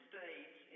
States